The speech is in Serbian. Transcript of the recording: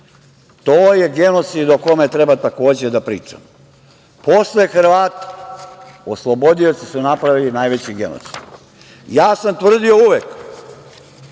To je genocid o kome treba takođe da pričamo. Posle Hrvata, oslobodioci su napravili najveći genocid. Uvek sam tvrdio da